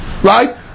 Right